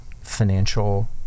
financial